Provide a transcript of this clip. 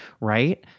right